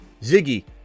Ziggy